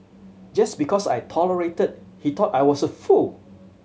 just because I tolerated he thought I was a fool